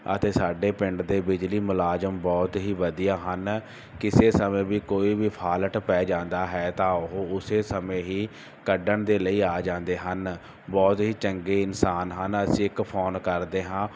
ਅਤੇ ਸਾਡੇ ਪਿੰਡ ਦੇ ਬਿਜਲੀ ਮੁਲਾਜ਼ਮ ਬਹੁਤ ਹੀ ਵਧੀਆ ਹਨ ਕਿਸੇ ਸਮੇਂ ਵੀ ਕੋਈ ਵੀ ਫਾਲਟ ਪੈ ਜਾਂਦਾ ਹੈ ਤਾਂ ਉਹ ਉਸ ਸਮੇਂ ਹੀ ਕੱਢਣ ਦੇ ਲਈ ਆ ਜਾਂਦੇ ਹਨ ਬਹੁਤ ਹੀ ਚੰਗੇ ਇਨਸਾਨ ਹਨ ਅਸੀਂ ਇੱਕ ਫੋਨ ਕਰਦੇ ਹਾਂ